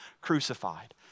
crucified